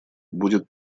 будет